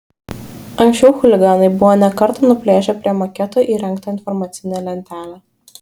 anksčiau chuliganai buvo ne kartą nuplėšę prie maketo įrengtą informacinę lentelę